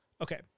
Okay